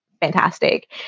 fantastic